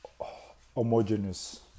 homogeneous